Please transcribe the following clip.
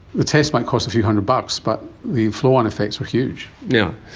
the test might cost a few hundred bucks, but the flow-on effects are huge. yeah